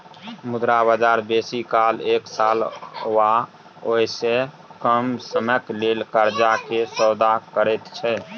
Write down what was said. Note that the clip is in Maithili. मुद्रा बजार बेसी काल एक साल वा ओइसे कम समयक लेल कर्जा के सौदा करैत छै